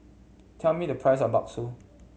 tell me the price of bakso